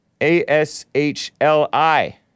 A-S-H-L-I